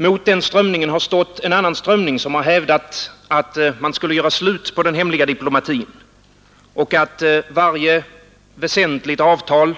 Mot den strömningen har stått en annan strömning som hävdat att man skall göra slut på den hemliga diplomatin och att varje väsentligt avtal